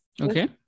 Okay